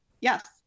Yes